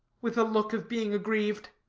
with a look of being aggrieved.